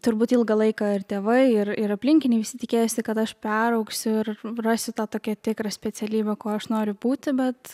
turbūt ilgą laiką ir tėvai ir ir aplinkiniai visi tikėjosi kad aš peraugsiu ir rasiu tą tokią tikrą specialybę kuo aš noriu būti bet